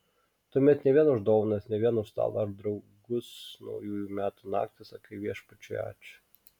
tuomet ne vien už dovanas ne vien už stalą ar draugus naujųjų metų naktį sakai viešpačiui ačiū